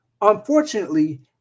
unfortunately